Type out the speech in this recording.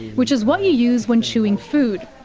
which is what you use when chewing food.